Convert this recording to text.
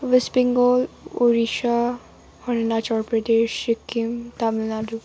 West Bengal Odisha Arunachal Pradesh Sikkim Tamil Nadu